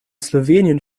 slowenien